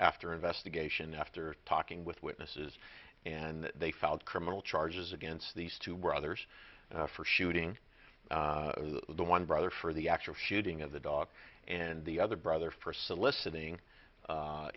after investigation after talking with witnesses and they filed criminal charges against these two were others for shooting the one brother for the actual shooting of the dog and the other brother for soliciting